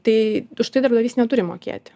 tai už tai darbdavys neturi mokėti